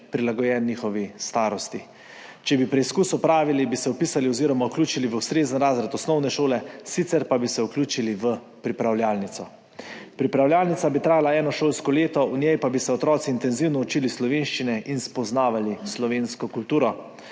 prilagojen njihovi starosti. Če bi preizkus opravili, bi se vpisali oziroma vključili v ustrezen razred osnovne šole, sicer pa bi se vključili v pripravljalnico. Pripravljalnica bi trajala eno šolsko leto, v njej pa bi se otroci intenzivno učili slovenščine in spoznavali slovensko kulturo,